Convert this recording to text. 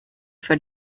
for